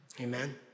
Amen